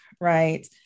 Right